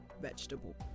vegetable